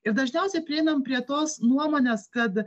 ir dažniausiai prieinam prie tos nuomonės kad